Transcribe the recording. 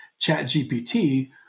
ChatGPT